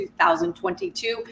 2022